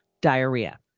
diarrhea